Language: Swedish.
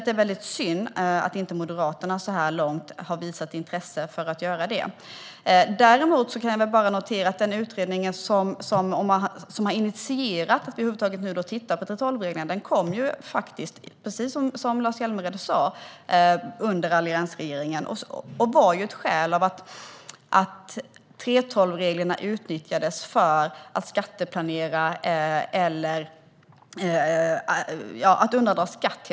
Det är väldigt synd att inte Moderaterna så här långt har visat intresse för att göra det. Däremot kan jag notera att den utredning som har initierat att vi nu över huvud taget tittar på 3:12-reglerna kom, precis som Lars Hjälmered sa, under alliansregeringen. Ett skäl var att 3:12-reglerna utnyttjades för att skatteplanera, att helt enkelt undandra skatt.